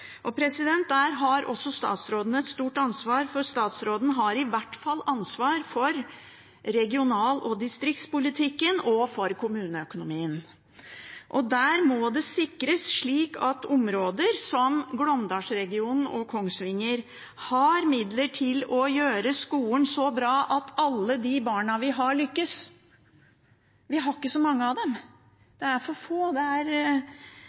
Der har statsråden et stort ansvar, for statsråden har i hvert fall ansvar for regional- og distriktspolitikken og for kommuneøkonomien. Der må en sikre at områder som Glåmdals-regionen og Kongsvinger har midler til å gjøre skolen så bra at alle de barna vi har, lykkes. Vi har ikke så mange av dem. Det er